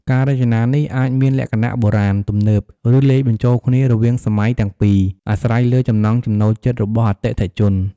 ការរចនានេះអាចមានលក្ខណៈបុរាណ ទំនើប ឬលាយបញ្ចូលគ្នារវាងសម័យទាំងពីរ អាស្រ័យលើចំណង់ចំណូលចិត្តរបស់អតិថិជន។